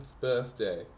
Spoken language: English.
birthday